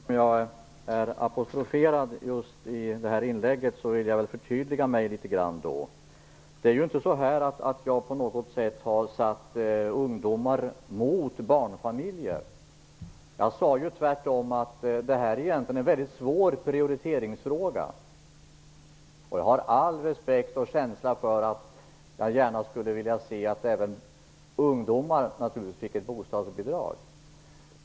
Herr talman! Eftersom jag är apostroferad just i detta inlägg vill jag förtydliga mig litet grand. Det är inte så att jag på något sätt har satt ungdomar mot barnfamiljer. Jag sade tvärtom att det egentligen är en mycket svår prioriteringsfråga. Jag har all respekt och känsla för detta. Jag skulle gärna se att även ungdomar fick ett bostadsbidrag.